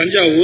Thanjavur